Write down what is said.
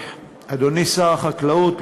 אדוני שר החקלאות,